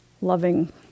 loving